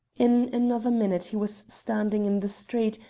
in another minute he was standing in the street,